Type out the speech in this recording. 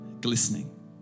glistening